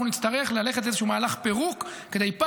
נצטרך ללכת לאיזשהו מהלך פירוק כדי ליצור,